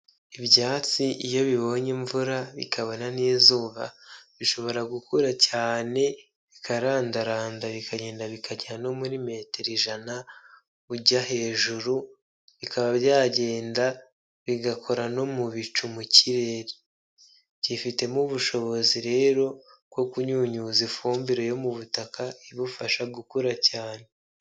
Ibyatsi iyo bibonye imvura bikabana n'izuba bishobora gukura cyane bikarandaranda bikagenda bikagera no muri metero ijana ujya hejuru, bikaba byagenda bigakora no mu bicu mu kirere, byifitemo ubushobozi rero bwo kunyunyuza ifumbire yo mu butaka ibufasha gukura cyane.